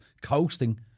coasting